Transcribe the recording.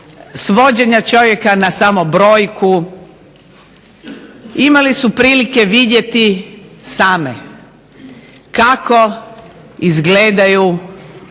svođenja čovjeka samo na brojku. Imali su prilike vidjeti same kako izgledaju